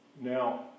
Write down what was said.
Now